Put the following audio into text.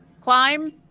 climb